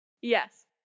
yes